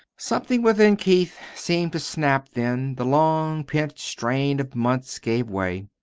something within keith seemed to snap then. the long-pent strain of months gave way.